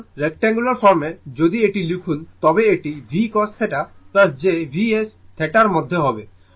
এখন রেসিট্যাঙ্গুলার ফর্মে যদি এটি লিখুন তবে এটি v cos θ j Vs θ র মধ্যে হবে